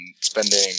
spending